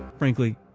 frankly,